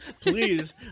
Please